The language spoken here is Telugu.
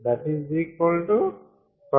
9322